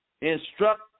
instruct